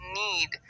need